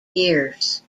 years